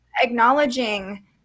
acknowledging